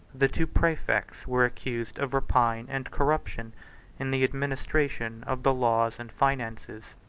the two praefects were accused of rapine and corruption in the administration of the laws and finances.